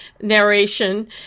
narration